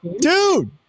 dude